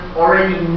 already